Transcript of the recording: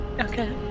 Okay